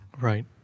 Right